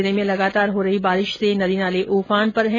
जिले में लगातार हो रही बारिश से नदी नाले उफान पर है